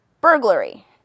burglary